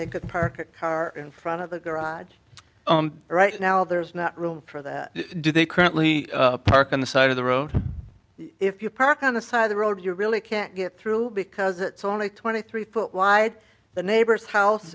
they could park a car in front of the garage right now there's not room for them do they currently park on the side of the road if you park on the side of the road you really can't get through because it's only twenty three foot wide the neighbor's house